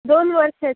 दोन वर्षाची